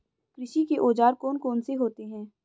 कृषि के औजार कौन कौन से होते हैं?